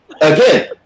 again